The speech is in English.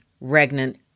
regnant